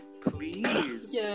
Please